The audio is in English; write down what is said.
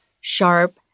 sharp